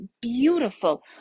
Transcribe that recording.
beautiful